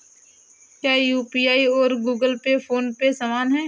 क्या यू.पी.आई और Google Pay PhonePe समान हैं?